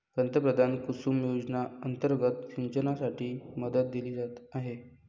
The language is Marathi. पंतप्रधान कुसुम योजना अंतर्गत सिंचनासाठी मदत दिली जात आहे